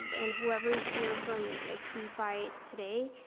and whoever's here from q-fi today,